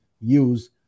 use